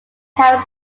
have